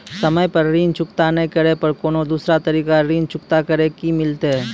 समय पर ऋण चुकता नै करे पर कोनो दूसरा तरीका ऋण चुकता करे के मिलतै?